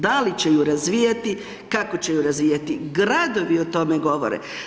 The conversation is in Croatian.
Da li će ju razvijati kako će ju razvijati, gradovi o tome govore.